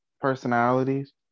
personalities